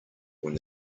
when